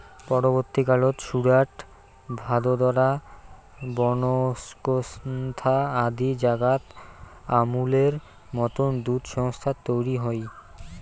পরবর্তী কালত সুরাট, ভাদোদরা, বনস্কন্থা আদি জাগাত আমূলের মতন দুধ সংস্থা তৈয়ার হই